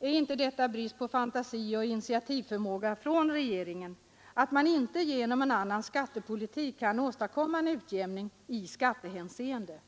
Är inte detta brist på fantasi och initiativförmåga hos regeringen att man inte genom en annan skattepolitik kan åstadkomma en utjämning i skattehänseende?